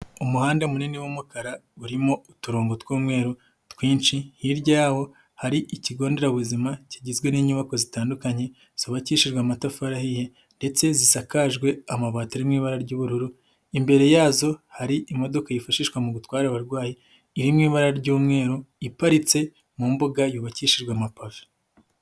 Umuhanda munini w'umukara, urimo uturongo tw'umweru twinshi, hirya y'ho hari ikigo nderabuzima, kigizwe n'inyubako zitandukanye, zubabakishijwe amatafari ahiye ndetse zisakajwe amabati mu' ibara ry'ubururu, imbere yazo hari imodoka yifashishwa mu gutwarare abarwayi, iri mu ibara ry'umweru, iparitse mu mbuga yubakishijwe amapave.